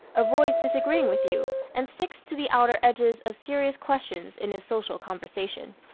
avoids disagreeing with you and sticks to the outer edges of serious questions in his social conversation.